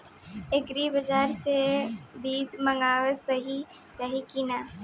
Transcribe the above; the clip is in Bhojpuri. एग्री बाज़ार से बीज मंगावल सही रही की ना?